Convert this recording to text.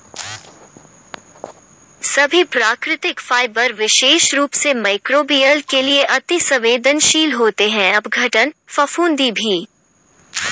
सभी प्राकृतिक फाइबर विशेष रूप से मइक्रोबियल के लिए अति सवेंदनशील होते हैं अपघटन, फफूंदी भी